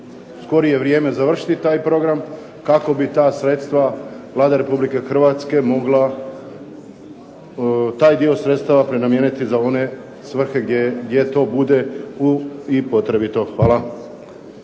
skorije vrijeme završiti taj program kako bi ta sredstva Vlada Republike Hrvatske mogla taj dio sredstava prenamijeniti za one svrhe gdje to bude i potrebito. Hvala.